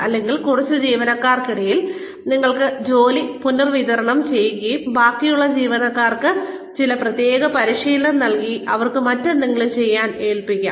അല്ലെങ്കിൽ കുറച്ച് ജീവനക്കാർക്കിടയിൽ നിങ്ങൾക്ക് ജോലി പുനർവിതരണം ചെയ്യുകയും ബാക്കിയുള്ള ജീവനക്കാർക്ക് ചില പ്രത്യേക പരിശീലനം നൽകി അവർക്ക് മറ്റെന്തെങ്കിലും ചെയ്യാൻ ഏൽപ്പിക്കാം